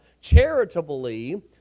charitably